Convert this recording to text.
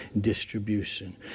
distribution